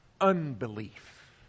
unbelief